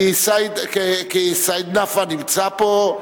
כי סעיד נפאע נמצא פה,